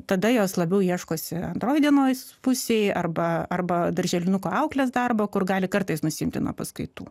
tada jos labiau ieškosi antroj dienos pusėj arba arba darželinuko auklės darbo kur gali kartais nusiimti nuo paskaitų